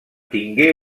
tingué